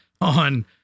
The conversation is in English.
on